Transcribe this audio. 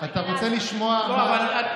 אתה רוצה לשמוע מה,